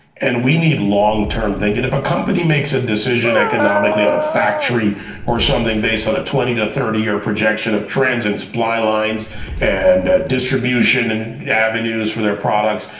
and we need long-term thinking. if a company makes a decision economically on a factory or something based on a twenty to thirty year projection of trends and supply lines and distribution and yeah avenues for their products,